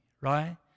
right